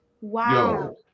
Wow